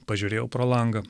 pažiūrėjau pro langą